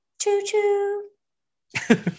Choo-choo